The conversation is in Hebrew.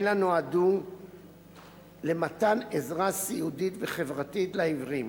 אלא נועדו למתן עזרה סיעודית וחברתית לעיוורים,